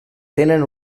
tenen